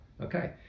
Okay